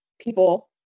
people